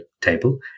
table